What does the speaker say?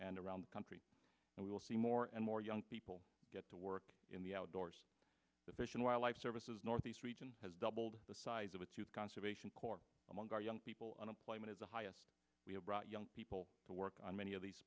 and around the country and we will see more and more young people get to work in the outdoors the fish and wildlife services northeast region has doubled the size of a two conservation corps among our young people unemployment is the highest we have brought young people to work on many of these